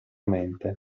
mente